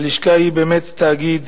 הלשכה היא באמת תאגיד